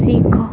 ଶିଖ